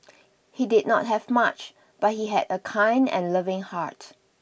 he did not have much but he had a kind and loving heart